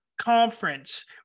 conference